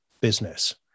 business